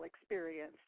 experience